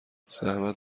زحمت